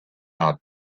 not